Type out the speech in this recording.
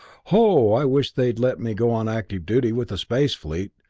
ho i wish they'd let me go on active duty with the space fleet!